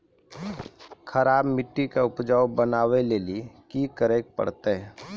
खराब मिट्टी के उपजाऊ बनावे लेली की करे परतै?